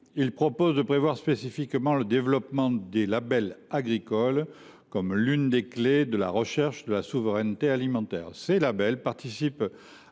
proposons que soit spécifiquement encouragé le développement des labels agricoles, qui sont l’une des clés de la recherche de la souveraineté alimentaire. Ces labels participent